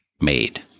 made